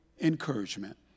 encouragement